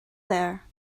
there